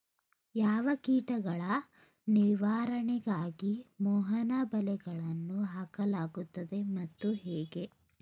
ಯಾವ ಕೀಟಗಳ ನಿವಾರಣೆಗಾಗಿ ಮೋಹನ ಬಲೆಗಳನ್ನು ಹಾಕಲಾಗುತ್ತದೆ ಮತ್ತು ಹೇಗೆ?